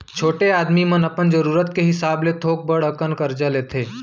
छोटे आदमी मन अपन जरूरत के हिसाब ले थोक बड़ अकन करजा लेथें